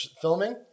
filming